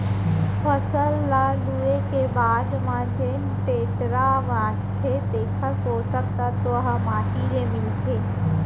फसल ल लूए के बाद म जेन डेंटरा बांचथे तेकर पोसक तत्व ह माटी ले मिलथे